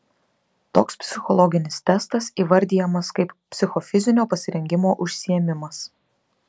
toks psichologinis testas įvardijamas kaip psichofizinio pasirengimo užsiėmimas